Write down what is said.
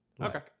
Okay